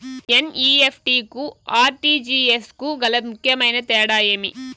NEFT కు RTGS కు గల ముఖ్యమైన తేడా ఏమి?